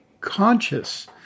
conscious